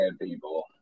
people